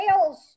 sales